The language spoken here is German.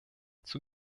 zur